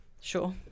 sure